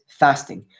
fasting